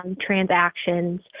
Transactions